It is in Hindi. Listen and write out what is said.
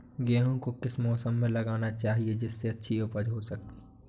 गेहूँ को किस मौसम में लगाना चाहिए जिससे अच्छी उपज हो सके?